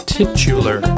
Titular